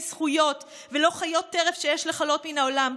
זכויות ולא חיות טרף שיש לכלות מן העולם,